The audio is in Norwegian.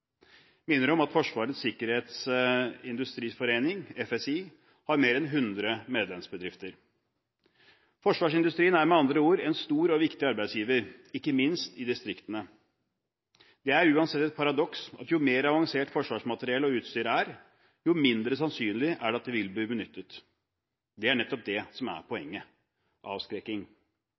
minner om at Forsvars- og sikkerhetsindustriens Forening – FSi – har mer enn 100 medlemsbedrifter. Forsvarsindustrien er med andre ord en stor og viktig arbeidsgiver, ikke minst i distriktene. Det er uansett et paradoks at jo mer avansert forsvarsmateriellet og utstyret er, jo mindre sannsynlig er det at det vil bli benyttet. Det er nettopp det som er poenget: avskrekking.